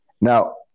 Now